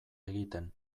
egiten